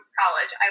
college